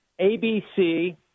ABC